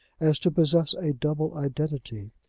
as to possess a double identity.